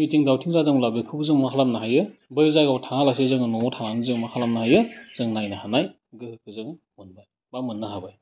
मिथिं दावथिं जादोंब्ला बेखौ जों मा खालामनो हायो बै जायगायाव थाङालासे जोङो न'आव थानानै जों मा खालामनो हायो जों नायनो हानाय गोहोखौ जोङो मोनबाय बा मोननो हाबाय